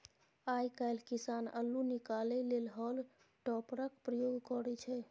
आइ काल्हि किसान अल्लु निकालै लेल हॉल टॉपरक प्रयोग करय छै